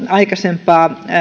aikaisempaa